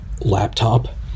Laptop